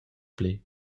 pli